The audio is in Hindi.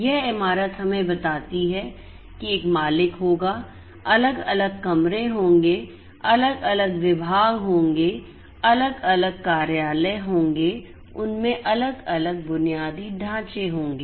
यह इमारत हमें बताती है एक मालिक होगा अलग अलग कमरे होंगे अलग अलग विभाग होंगे अलग अलग कार्यालय होंगे उनमें अलग अलग बुनियादी ढाँचे होंगे